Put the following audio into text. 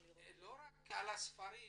לא רק על הספרים,